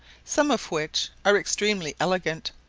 some of which are extremely elegant,